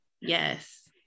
yes